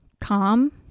calm